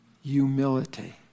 Humility